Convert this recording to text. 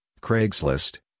Craigslist